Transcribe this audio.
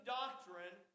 doctrine